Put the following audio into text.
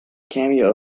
cameo